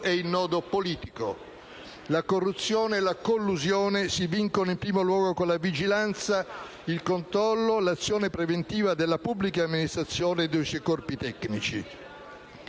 è il nodo politico. La corruzione e la collusione si vincono in primo luogo con la vigilanza, il controllo, l'azione preventiva della pubblica amministrazione e dei suoi corpi tecnici.